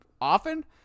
often